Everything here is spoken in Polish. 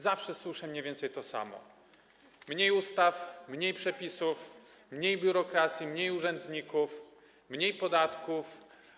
Zawsze słyszę mniej więcej to samo: mniej ustaw, mniej przepisów, mniej biurokracji, mniej urzędników, mniej podatków.